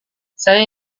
saya